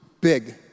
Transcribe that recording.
big